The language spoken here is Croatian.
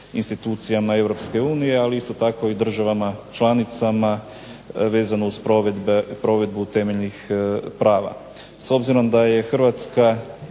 institucijama Europske unije, ali isto tako i državama članicama, vezano uz provedbu temeljnih prava.